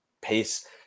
pace